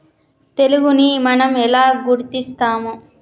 తెగులుని మనం ఎలా గుర్తిస్తాము?